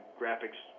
graphics